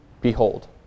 Behold